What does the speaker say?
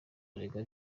aregwa